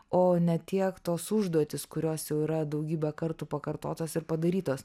o ne tiek tos užduotys kurios jau yra daugybę kartų pakartotos ir padarytos